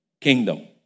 kingdom